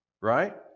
right